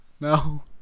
no